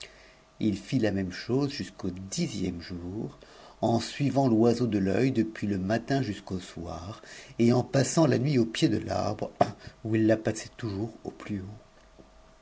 h fit lamente chose jusqu'au dixième jour eu suivant foison de l'oeil depuis le matin jusqu'au soir et en passant la nuit au pio d l'arbre où il la passait toujours au plus haut